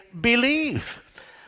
believe